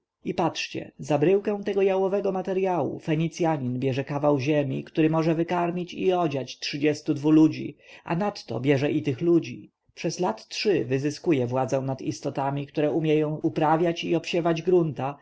i patrzcie za bryłkę tego jałowego materjału fenicjanin bierze kawał ziemi który może wykarmić i odziać trzydziestu dwóch ludzi a nadto bierze i tych ludzi przez lat trzy wyzyskuje władzę nad istotami które umieją uprawiać i obsiewać grunta